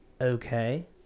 okay